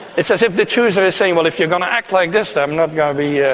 it's as if the chooser is saying, well, if you're going to act like this, i'm not going to be, yeah